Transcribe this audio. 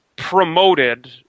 Promoted